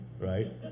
right